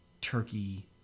turkey